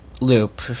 loop